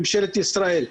ממשלת ישראל.